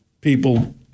People